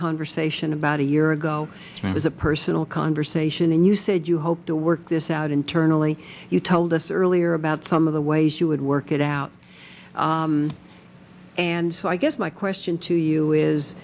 conversation about a year ago it was a personal conversation and you said you hope to work this out internally you told us earlier about some of the ways you would work it out and so i guess my question to you is